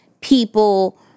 people